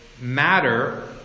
matter